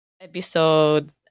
episode